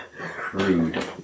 crude